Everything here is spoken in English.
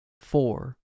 Four